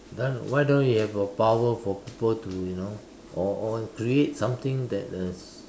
then why don't you have a power for people to you know or or create something that is